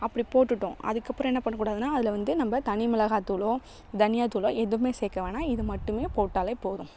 அப்படி போட்டுவிட்டோம் அதுக்கப்புறம் என்ன பண்ணக்கூடாதுன்னா அதில் வந்து நம்ப தனிமிளகாத்தூளோ தனியாத்தூளோ எதுவுமே சேர்க்க வேணாம் இது மட்டுமே போட்டால் போதும்